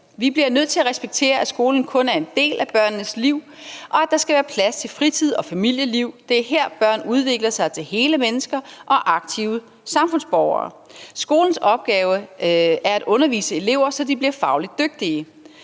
Vi bliver nødt til at respektere, at skolen kun er en del af børnenes liv, og at der skal være plads til fritid og familieliv. Det er her, børn udvikler sig til hele mennesker og aktive samfundsborgere. Skolens opgave er at undervise elever, så de bliver fagligt dygtige.